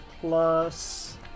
plus